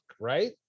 right